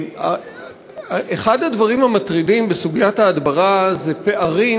אחד הדברים המטרידים בסוגיית ההדברה זה פערים,